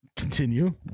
Continue